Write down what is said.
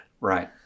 Right